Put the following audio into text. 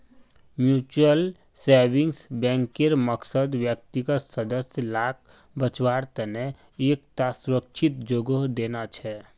mutual savings बैंकेर मकसद व्यक्तिगत सदस्य लाक बच्वार तने एक टा सुरक्ष्हित जोगोह देना छे